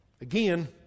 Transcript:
Again